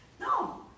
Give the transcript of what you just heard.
No